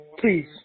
Please